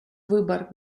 выбор